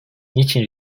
niçin